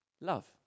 love